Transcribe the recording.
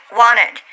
wanted